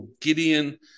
Gideon